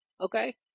Okay